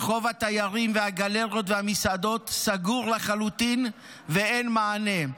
רחוב התיירים והגלריות והמסעדות סגור לחלוטין ואין מענה.